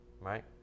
Right